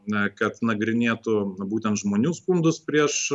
na kad nagrinėtų būtent žmonių skundus prieš